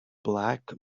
black